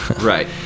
Right